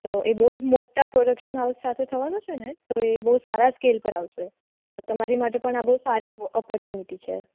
તો એ બહુજ મોટા પ્રોડક્શન હાઉસ સાથે થવાનું છે ને તો એ બહુ સારા સ્કેલ પર આવશે તો તમારી માટે પણ આ બહુ સારી ઓપોરચુનીટી છે